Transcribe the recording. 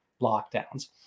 lockdowns